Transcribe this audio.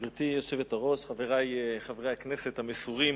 גברתי היושבת-ראש, חברי חברי הכנסת המסורים